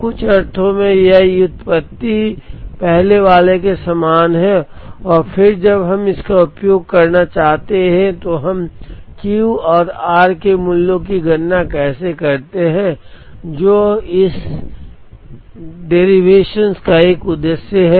तो कुछ अर्थों में यह व्युत्पत्ति पहले वाले के समान है और फिर जब हम इसका उपयोग करना चाहते हैं तो हम Q और R के मूल्यों की गणना कैसे करते हैं जो इस व्युत्पत्ति का एक उद्देश्य है